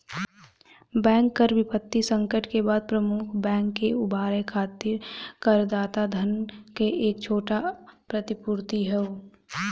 bank कर वित्तीय संकट के बाद प्रमुख बैंक के उबारे खातिर करदाता धन क एक छोटा प्रतिपूर्ति हौ